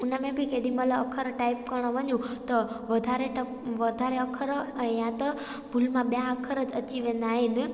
हुन में बि केॾी महिल अख़र टाइप करण वञू त वधारे टाइप वधारे अख़र ऐं या त भुल मां ॿिया अख़र अची वेंदा आहिनि